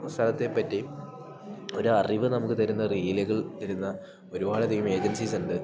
സ്ഥലത്തെപ്പറ്റിയും ഒരറിവ് നമുക്ക് തരുന്ന റീല്കൾ തരുന്ന ഒരുപാടധികം ഏജൻസീസുണ്ട്